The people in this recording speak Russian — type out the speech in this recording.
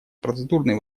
процедурные